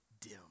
dim